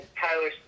Tyler